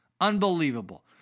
Unbelievable